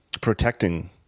protecting